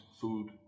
food